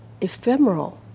ephemeral